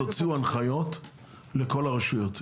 תוציאו הנחיות לכל הרשויות,